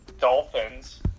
Dolphins